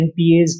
NPAs